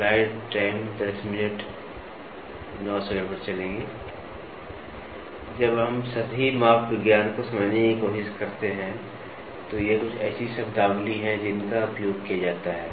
जब हम सतही माप विज्ञान को समझने की कोशिश करते हैं तो ये कुछ ऐसी शब्दावली हैं जिनका उपयोग किया जाता है